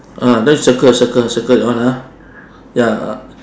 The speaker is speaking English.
ah then circle circle circle that one ah ya